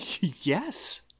Yes